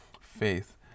faith